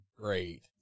great